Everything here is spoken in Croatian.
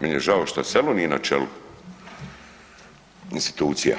Meni je žao što selo nije na čelu institucija,